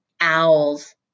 Owls